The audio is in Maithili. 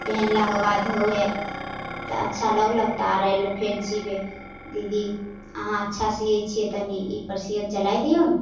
पहिनलाके बाद होइ हइ तऽ अच्छा लगलक तऽ आओर आएल फेर सिबे दीदी अहाँ अच्छा सिए छिए तनि ईपर सिएनि चला दिऔ ने